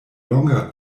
longa